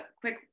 quick